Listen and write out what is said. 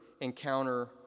encounter